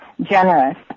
generous